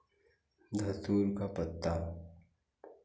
धतूर का पत्ता